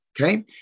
okay